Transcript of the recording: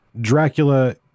Dracula